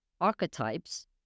archetypes